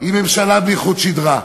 היא ממשלה בלי חוט שדרה,